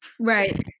right